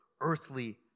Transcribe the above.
earthly